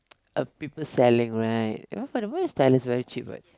of people selling right ya for the very cheap right